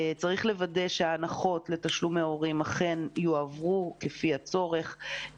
צריך לוודא שהנחות לתשלומי הורים אכן יועברו כפי הצורך,